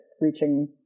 reaching